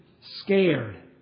scared